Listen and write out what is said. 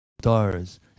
stars